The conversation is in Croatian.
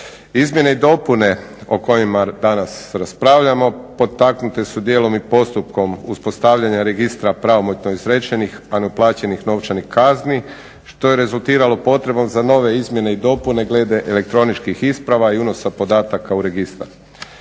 Izmjene i dopune o kojima danas raspravljamo potaknute su dijelom i postupkom uspostavljanja Registra pravomoćno izrečenih a neplaćenih novčanih kazni što je rezultiralo potrebom za nove izmjene i dopune glede elektroničkih isprava i unosa podataka u registar.